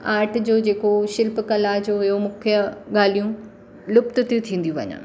art जो जेको शिल्प कला जो इहो मुख्यु ॻाल्हियूं लुप्त थियूं थींदियूं वञनि